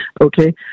Okay